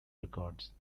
records